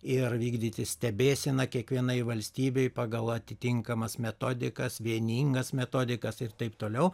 ir vykdyti stebėseną kiekvienai valstybei pagal atitinkamas metodikas vieningas metodikas ir taip toliau